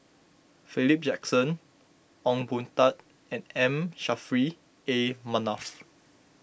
Philip Jackson Ong Boon Tat and M Saffri A Manaf